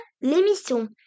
l'émission